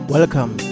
Welcome